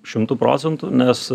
šimtu procentų nes